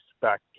back